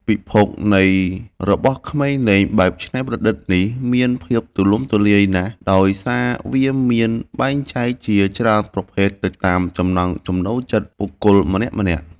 ពិភពនៃរបស់ក្មេងលេងបែបច្នៃប្រឌិតនេះមានភាពទូលំទូលាយណាស់ដោយសារវាមានបែងចែកជាច្រើនប្រភេទទៅតាមចំណង់ចំណូលចិត្តបុគ្គលម្នាក់ៗ។